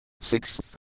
Sixth